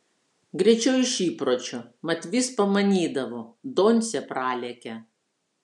greičiau iš įpročio mat vis pamanydavo doncė pralekia